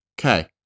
Okay